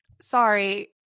sorry